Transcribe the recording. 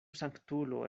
sanktulo